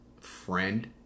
friend